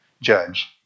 judge